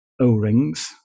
O-rings